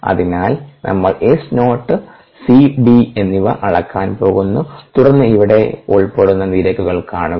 അതിനാൽ നമ്മൾ S not CDഎന്നിവ അളക്കാൻ പോകുന്നു തുടർന്ന് ഇവിടെ ഉൾപ്പെടുന്ന നിരക്കുകൾ കാണുക